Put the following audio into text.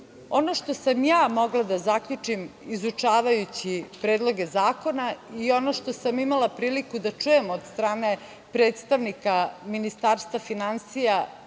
što sam ja mogla da zaključim, izučavajući predloge zakona, i ono što sam imala priliku da čujem od strane predstavnika Ministarstva finansija,